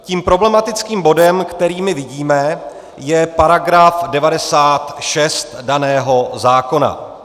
Tím problematickým bodem, který my vidíme, je § 96 daného zákona.